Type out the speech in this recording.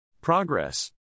Progress